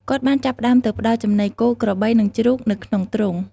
គាត់បានចាប់ផ្តើមទៅផ្តល់ចំណីគោ ក្របី និងជ្រូកនៅក្នុងទ្រុង។